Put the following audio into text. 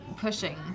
pushing